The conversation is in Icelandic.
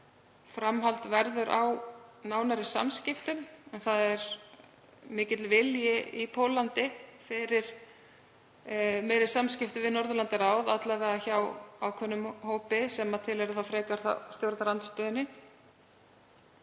framhald verður á nánum samskiptum en það er mikill vilji í Póllandi fyrir meiri samskiptum við Norðurlandaráð, alla vega hjá ákveðnum hópi sem tilheyrir þá frekar stjórnarandstöðunni.